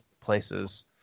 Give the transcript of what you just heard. places